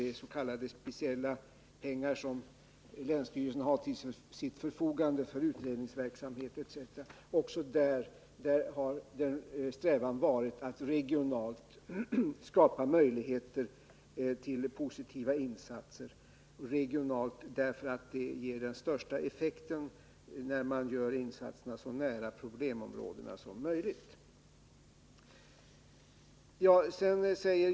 Det är speciella pengar som länsstyrelsen har till sitt förfogande för utredningsverksamhet etc. Även här har strävan varit att regionalt skapa möjligheter till positiva insatser. Insatserna ger ju den största effekten när de görs så nära problemområdena som möjligt.